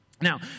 Now